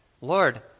Lord